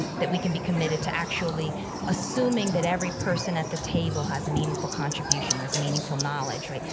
that we can be committed to actually assuming that every person at the table has meaningful contribution, who has meaningful knowledge, right?